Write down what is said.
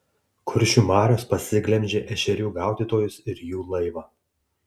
kuršių marios pasiglemžė ešerių gaudytojus ir jų laivą